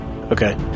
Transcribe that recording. Okay